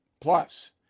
Plus